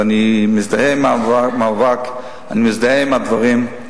ואני מזדהה עם המאבק, אני מזדהה עם הדברים,